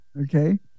Okay